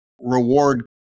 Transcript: reward